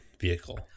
vehicle